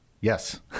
Yes